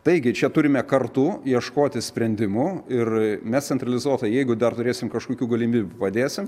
taigi čia turime kartu ieškoti sprendimų ir mes centralizuotai jeigu dar turėsim kažkokių galimyb padėsim